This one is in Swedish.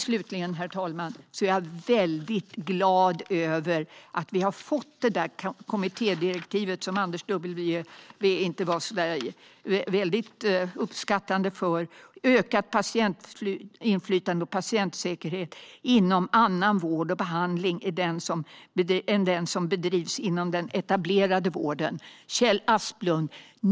Slutligen, herr talman, är jag glad över att vi har fått det där kommittédirektivet som Anders W Jonsson inte var så där väldigt uppskattande inför, Ökat patientinflytande och patientsäkerhet inom annan vård och behandling än den som bedrivs inom den etablerade vården , och som ska ledas av Kjell Asplund.